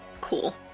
Cool